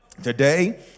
today